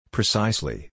Precisely